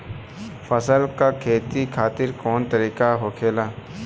फसल का खेती खातिर कवन तरीका होखेला?